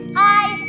i